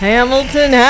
Hamilton